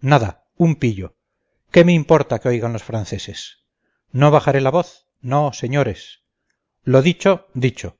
nada un pillo qué me importa que oigan los franceses no bajaré la voz no señores lo dicho dicho